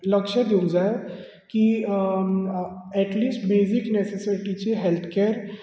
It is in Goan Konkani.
लक्ष दिवंक जाय की एटलींस्ट बेजीक नॅसेसिटी जी हॅल्थ कॅर